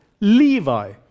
Levi